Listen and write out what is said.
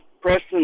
Preston